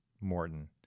Morton